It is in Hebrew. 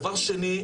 דבר שני,